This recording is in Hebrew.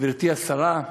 גברתי השרה,